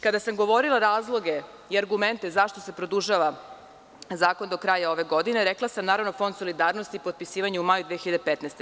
Kada sam govorila razloge i argumente zašto se produžava zakon do kraja ove godine, rekla sam, naravno, Fond solidarnosti potpisivanja u maju 2015. godine.